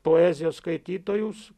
poezijos skaitytojus